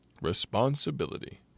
Responsibility